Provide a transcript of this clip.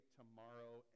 tomorrow